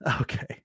Okay